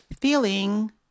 feeling